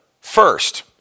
first